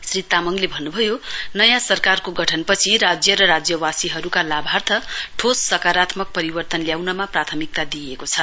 श्री तामाङले भन्नुभयो नयाँ सरकारको गठनपछि राज्य र राज्यवासीहरूका लाभार्थ ठोस सकारात्मक परिवर्तन ल्याउनमा प्राथमिकता दिएको छ